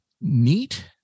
neat